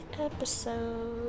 episode